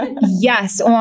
Yes